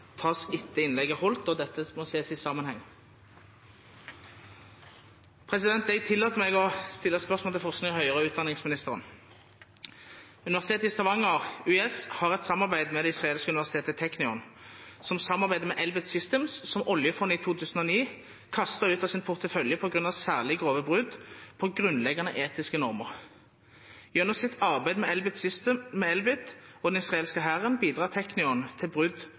tas etter at innlegget er holdt, og dette må ses i sammenheng. Jeg tillater meg å stille spørsmål til forsknings- og høyere utdanningsministeren: «Universitetet i Stavanger, UiS, har et samarbeid med det israelske universitetet Technion, som samarbeider med Elbit Systems, som oljefondet i 2009 kastet ut av sin portefølje på grunn av «særlig grove brudd på grunnleggende etiske normer». Gjennom sitt samarbeid med Elbit og den israelske hæren bidrar Technion til brudd